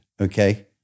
okay